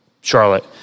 Charlotte